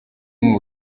ubu